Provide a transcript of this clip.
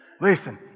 Listen